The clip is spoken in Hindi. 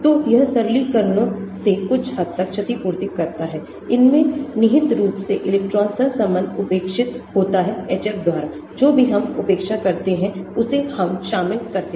तो यह सरलीकरणों से कुछ हद तक क्षतिपूर्ति करता है इसमें निहित रूप से इलेक्ट्रॉन सहसंबंध उपेक्षितहोता है HF द्वारा जो भी हम उपेक्षा करते हैं उसे हम शामिल करते हैं